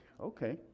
Okay